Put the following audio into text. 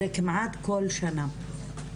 זה כמעט כל שנה.